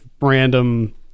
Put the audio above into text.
random